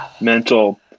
mental